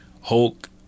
Hulk